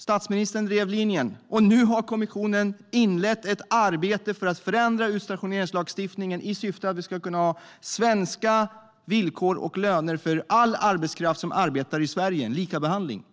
Statsministern drev linjen, och nu har kommissionen inlett ett arbete för att förändra utstationeringslagstiftningen med syftet att vi ska kunna ha svenska villkor och löner för all arbetskraft som arbetar i Sverige, en likabehandling.